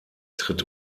tritt